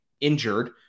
injured